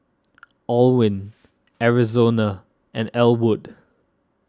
Alwin Arizona and Elwood